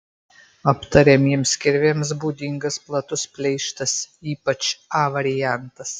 aptariamiems kirviams būdingas platus pleištas ypač a variantas